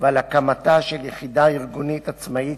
ועל הקמתה של יחידה ארגונית עצמאית,